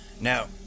Now